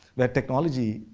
where technology,